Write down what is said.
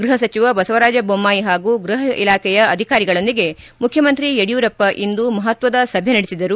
ಗೃಹ ಸಚಿವ ಬಸವರಾಜ ದೊಮ್ಮಾಯಿ ಹಾಗೂ ಗೃಹ ಇಲಾಖೆಯ ಅಧಿಕಾರಿಗಳೊಂದಿಗೆ ಮುಖ್ಯಮಂತ್ರಿ ಯಡಿಯೂರಪ್ಪ ಇಂದು ಮಹತ್ವದ ಸಭೆ ನಡೆಸಿದರು